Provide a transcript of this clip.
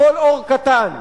כל אור קטן,